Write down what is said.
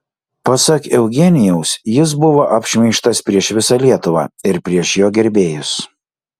pasak eugenijaus jis buvo apšmeižtas prieš visą lietuvą ir prieš jo gerbėjus